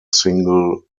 single